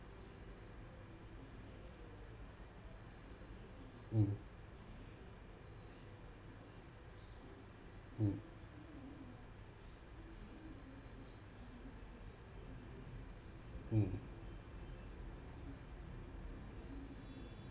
mm mm mm